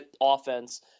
offense